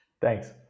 Thanks